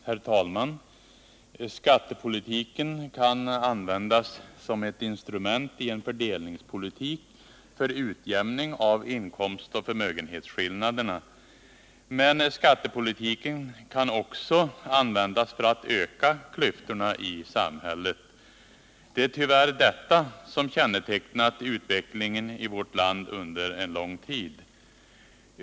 Herr talman! Skattepolitiken kan användas som ett instrument i en fördelningspolitik för utjämning av inkomstoch förmögenhetsskillnaderna. Men skattepolitiken kan också användas för att öka klyftorna i samhället. Det är tyvärr detta senare som kännetecknat utvecklingen i vårt land under en lång tid.